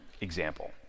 example